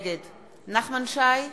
נגד נחמן שי,